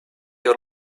your